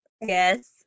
Yes